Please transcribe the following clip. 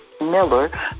Miller